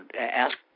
ask